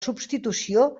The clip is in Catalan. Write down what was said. substitució